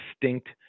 distinct